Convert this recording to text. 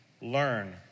Learn